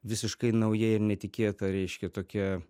visiškai nauja ir netikėta reiškia tokia